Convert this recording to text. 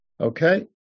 Okay